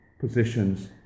positions